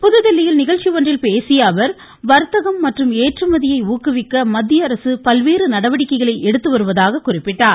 புதுதில்லியில் நிகழ்ச்சி ஒன்றில் பேசிய அவர் வர்த்தகம் மற்றும் ஏற்றுமதியை ஊக்குவிக்க மத்திய அரசு பல்வேறு நடவடிக்கைகளை எடுத்து வருவதாக குறிப்பிட்டார்